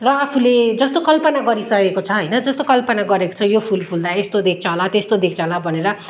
र आफूले जस्तो कल्पना गरिसकेको छ होइन जस्तो कल्पना गरेको छ यो फुल फुल्दा यस्तो देख्छ होला त्यस्तो देख्छ भनेर